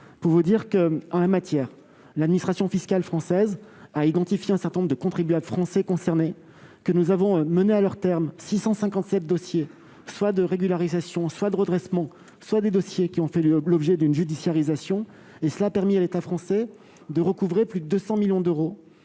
sur celle dite des. En la matière, l'administration fiscale française a identifié un certain nombre de contribuables français concernés, nous avons mené à leur terme 657 dossiers soit de régularisation, soit de redressement, à moins qu'ils n'aient fait l'objet d'une judiciarisation. Cela a permis à l'État français de recouvrer plus de 200 millions d'euros